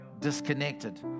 disconnected